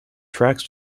tracks